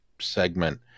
segment